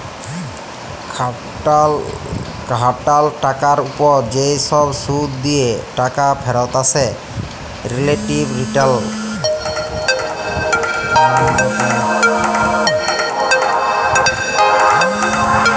খাটাল টাকার উপর যে সব শুধ দিয়ে টাকা ফেরত আছে রিলেটিভ রিটারল